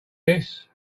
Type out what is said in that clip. this